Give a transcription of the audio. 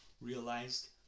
realized